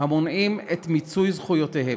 המונעים את מיצוי זכויותיהם.